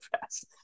fast